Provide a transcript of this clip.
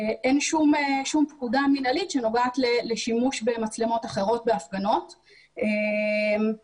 אין שום פקודה מינהלית שנוגעת לשימוש במצלמות אחרות בהפגנות וכמובן